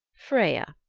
freya,